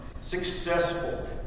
successful